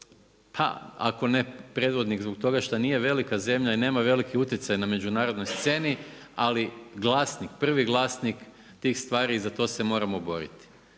ako ne predvodnik zbog toga što nije velika zemlja i nema veliki utjecaj na međunarodnoj sceni, ali vlasnik, prvi vlasnik tih stvari i za to se moramo boriti.